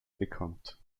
bekannt